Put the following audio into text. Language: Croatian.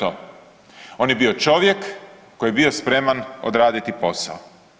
On je bio čovjek koji je bio spreman odraditi posao.